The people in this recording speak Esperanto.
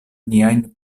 niajn